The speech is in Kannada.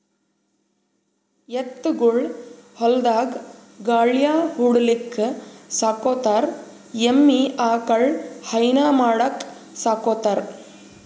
ಎತ್ತ್ ಗೊಳ್ ಹೊಲ್ದಾಗ್ ಗಳ್ಯಾ ಹೊಡಿಲಿಕ್ಕ್ ಸಾಕೋತಾರ್ ಎಮ್ಮಿ ಆಕಳ್ ಹೈನಾ ಮಾಡಕ್ಕ್ ಸಾಕೋತಾರ್